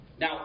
Now